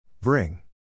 Bring